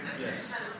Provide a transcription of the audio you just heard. Yes